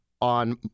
on